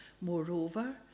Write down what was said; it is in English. Moreover